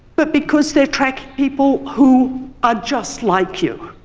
but because they are tracking people who are just like you.